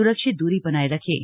सुरक्षित दूरी बनाए रखें